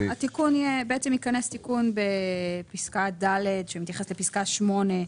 ייכנס תיקון בפסקה (ד), שמתייחס לפסקה (8),